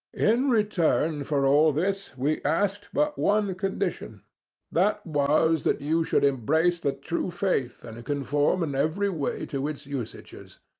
in return for all this we asked but one condition that was, that you should embrace the true faith, and conform in every way to its usages.